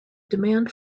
demand